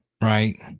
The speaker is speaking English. right